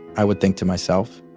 i would think to myself.